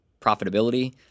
profitability